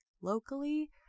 locally